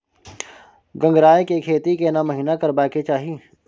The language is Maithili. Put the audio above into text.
गंगराय के खेती केना महिना करबा के चाही?